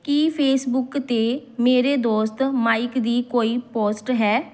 ਕੀ Facebook 'ਤੇ ਮੇਰੇ ਦੋਸਤ ਮਾਈਕ ਦੀ ਕੋਈ ਪੋਸਟ ਹੈ